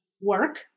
work